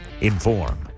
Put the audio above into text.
inform